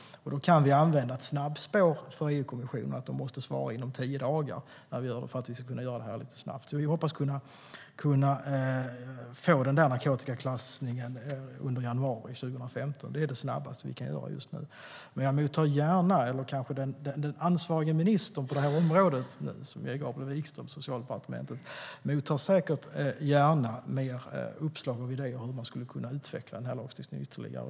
Då kan vi använda ett snabbspår för EU-kommissionen, att de måste svara inom tio dagar, för att vi ska kunna göra det här lite snabbt. Vi hoppas kunna få den där narkotikaklassningen under januari 2015. Det är det snabbaste vi kan göra just nu. Men den ansvariga ministern på området, som är Gabriel Wikström på Socialdepartementet, mottar säkert gärna fler uppslag och idéer om hur man skulle kunna utveckla lagstiftningen ytterligare.